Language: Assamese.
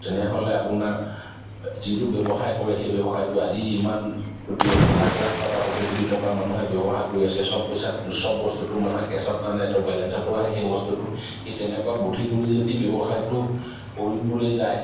তেনেহ'লে আপোনাৰ যিটো ব্যৱসায় কৰে সেই ব্যৱসায়টো আজি ইমান কোটি লাখ লাখ টকা কোটি কোটি টকা মানুহে ব্যৱসায় কৰি আছে চব পইচাত চব বস্তুটো মানুহে কেছত নানেতো বেলেঞ্চতো আহে সেই বস্তুটো সেই তেনেকুৱা বুদ্ধি কৰি যদি ব্যৱসায়টো কৰিবলৈ যায়